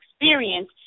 experience